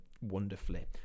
wonderfully